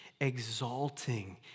exalting